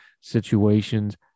situations